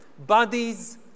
bodies